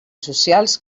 socials